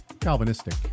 Calvinistic